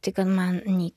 tai kad man nei